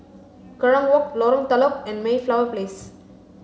Kerong Walk Lorong Telok and Mayflower Place